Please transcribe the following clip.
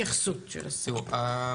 תראו,